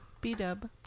B-Dub